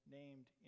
named